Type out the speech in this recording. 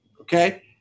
okay